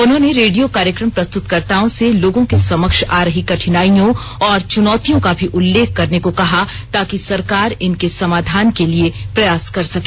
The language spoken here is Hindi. उन्होंने रेडियो कार्यक्रम प्रस्तुतकर्ताओं से लोगों के समक्ष आ रही कठिनाइयों और चुनौतियों का भी उल्लेख करने को कहा ताकि सरकार इनके समाधान के लिए प्रयास कर सके